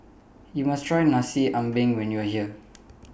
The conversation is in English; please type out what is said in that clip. YOU must Try Nasi Ambeng when YOU Are here